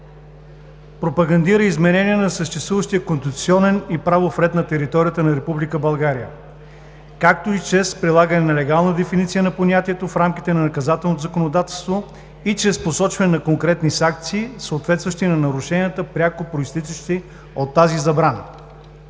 пропагандира изменения на съществуващия конституционен и правов ред на територията на Република България, както и чрез прилагане на легална дефиниция на понятието в рамките на наказателното законодателство и чрез посочване на конкретни санкции, съответстващи на нарушенията, пряко произтичащи от тази забрана.